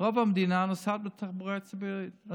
רוב המדינה נוסעת בתחבורה הציבורית.